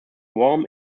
warm